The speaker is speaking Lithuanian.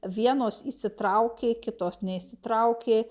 vienos įsitraukė kitos neįsitraukė